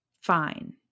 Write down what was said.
Fine